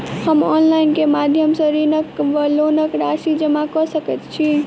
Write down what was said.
हम ऑनलाइन केँ माध्यम सँ ऋणक वा लोनक राशि जमा कऽ सकैत छी?